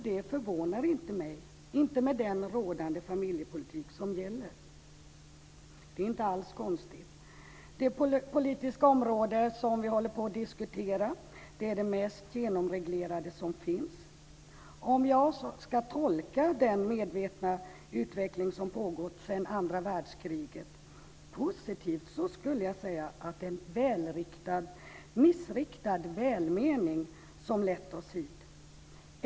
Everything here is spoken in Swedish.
Det förvånar inte mig, inte med den familjepolitik som förs. Det är inte alls konstigt. Det politiska område som vi diskuterar är det mest genomreglerade området som finns. Om jag ska tolka den medvetna utveckling som har pågått sedan andra världskriget positivt skulle jag säga att det är en missriktad välmening som har lett oss hit.